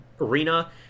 arena